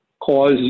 cause